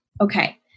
Okay